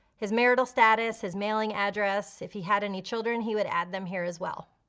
his marital status, his mailing address. if he had any children he would add them here as well.